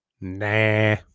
Nah